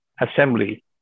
assembly